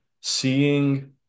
seeing